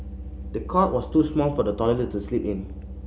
the cot was too small for the toddler to sleep in